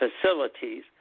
facilities